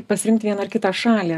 pasirinkt vieną ar kitą šalį